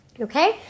Okay